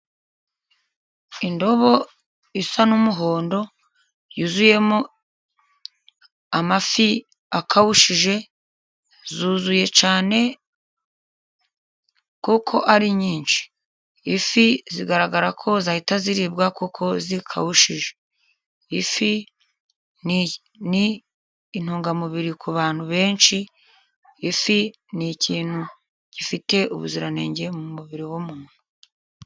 Indobo isa n'umuhondo yuzuyemo amafi akawushije, zuzuye cyane kuko ari nyinshi. Ifi zigaragara ko zahita ziribwa kuko zikawushije. Ifi ni intungamubiri ku bantu benshi, ifi ni ikintu gifite ubuziranenge mu mubiri w'umuntu.